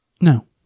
No